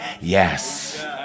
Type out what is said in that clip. Yes